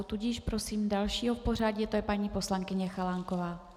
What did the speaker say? Tudíž prosím dalšího v pořadí a je to paní poslankyně Chalánková.